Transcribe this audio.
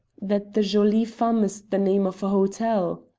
that the jolies femmes is the name of a hotel.